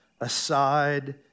aside